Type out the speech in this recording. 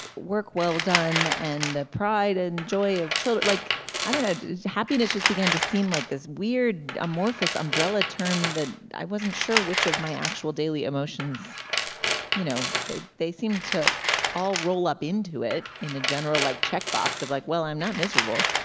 work well done and the pride and joy of children like i don't know happiness just began to seem like this weird amorphous umbrella term that i wasn't sure which of my actual daily emotions you know they they seemed to all roll up into it in a general like check box of like well i'm not miserable.